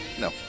No